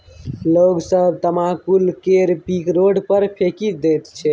लोग सब तमाकुल केर पीक रोड पर फेकि दैत छै